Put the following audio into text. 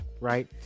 right